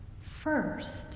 First